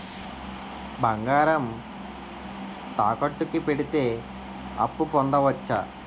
బంగారం తాకట్టు కి పెడితే అప్పు పొందవచ్చ?